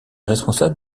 responsable